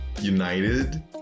united